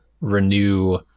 renew